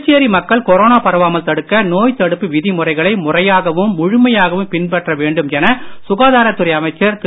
புதுச்சேரி மக்கள் கொரோனா பரவாமல் தடுக்க நோய் தடுப்பு விதிமுறைகளை முறையாகவும் முழுமையாகவும் பின்பற்ற வேண்டும் என சுகாதாரத் துறை அமைச்சர் திரு